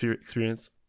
experience